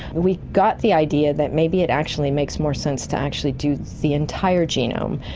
we got the idea that maybe it actually makes more sense to actually do the entire genome.